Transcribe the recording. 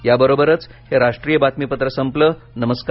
या बरोबरच हे राष्ट्रीय बातमीपत्र संपल्या नमस्कार